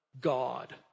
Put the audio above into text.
God